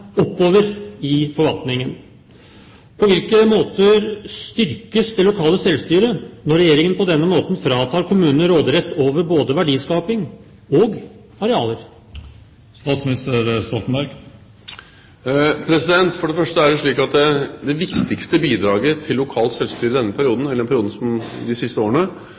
oppover i forvaltningen. På hvilke måter styrkes det lokale selvstyret når Regjeringen på denne måten fratar kommunene råderett over både verdiskaping og arealer? For det første er det slik at det viktigste bidraget til lokalt selvstyre de siste årene har vært at kommunene har fått vesentlig økte økonomiske rammer, slik at de